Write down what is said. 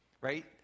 right